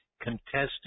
contested